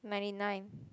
ninety nine